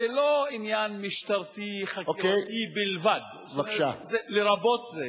זה לא עניין משטרתי-חקירתי בלבד, לרבות זה.